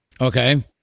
Okay